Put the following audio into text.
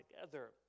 together